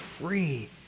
free